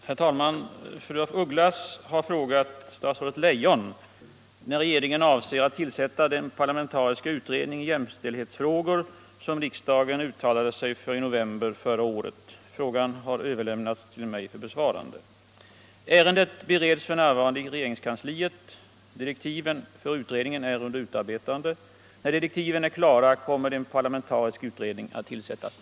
Herr talman! Fru af Ugglas har frågat statsrådet Leijon när regeringen avser att tillsätta den parlamentariska utredning i jämställdhetsfrågor som riksdagen uttalade sig för i november förra året. Frågan har överlämnats till mig för besvarande. Ärendet bereds f.n. i regeringskansliet. Direktiven för utredningen är under utarbetande. När direktiven är klara kommer en parlamentarisk utredning att tillsättas.